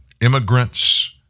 immigrants